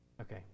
Okay